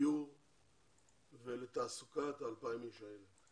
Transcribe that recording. לדיור ולתעסוקה את 2,000 האנשים האלה.